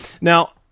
Now